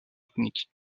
ethnique